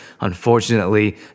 Unfortunately